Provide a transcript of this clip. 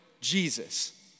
Jesus